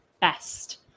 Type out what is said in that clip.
best